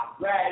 red